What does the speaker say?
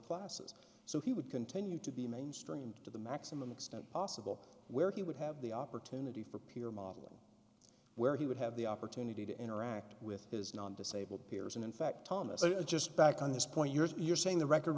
classes so he would continue to be mainstreamed to the maximum extent possible where he would have the opportunity for peer modeling where he would have the opportunity to interact with his non disabled peers and in fact thomas i just back on this point you're saying the record